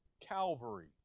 Calvary